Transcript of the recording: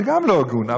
זה גם לא הגון,